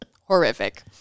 horrific